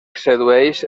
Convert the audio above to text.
sedueix